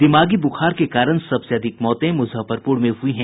दिमागी बुखार के कारण सबसे अधिक मौतें मुजफ्फरपुर में हुई हैं